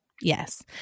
Yes